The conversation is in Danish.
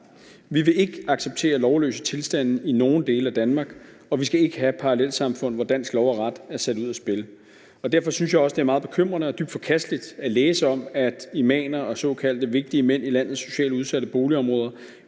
Vi vil ikke acceptere lovløse tilstande i nogen dele af Danmark, og vi skal ikke have parallelsamfund, hvor dansk lov og ret er sat ud af spil. Derfor synes jeg også, det er meget bekymrende og dybt forkasteligt at læse om, at imamer og såkaldte vigtige mænd i landets socialt udsatte boligområder